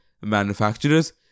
manufacturers